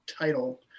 title